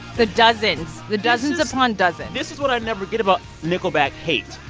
the dozens the dozens upon dozens this is what i never get about nickelback hate.